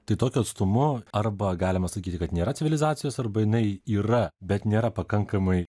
tai tokiu atstumu arba galima sakyti kad nėra civilizacijos arba jinai yra bet nėra pakankamai